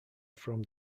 from